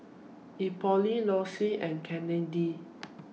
Euphemia Lossie and Candi